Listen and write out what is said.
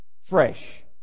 fresh